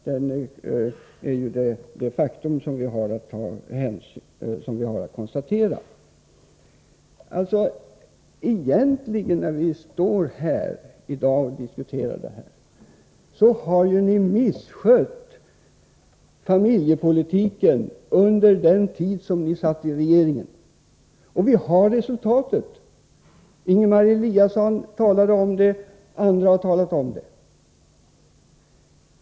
Det är det faktum som vi har att konstatera. Ni misskötte familjepolitiken under den tid som ni satt i regeringen, och vi har resultatet. Ingemar Eliasson talade om det, och andra har också gjort det.